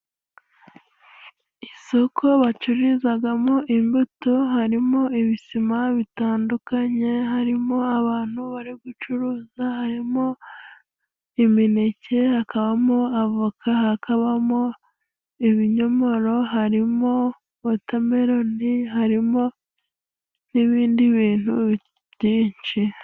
Isoko bacururizagamo imbuto harimo ibisima bitandukanye. Harimo abantu bari gucuruza harimo iminek, hakabamo avoka hakabamo ibinyomoro, harimo wotameroni harimo n'ibindi bintu byinshi.